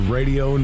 Radio